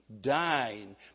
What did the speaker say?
dying